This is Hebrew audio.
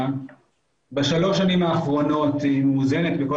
בשלוש השנים האחרונות היא מאוזנת.